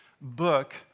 book